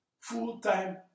full-time